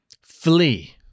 flee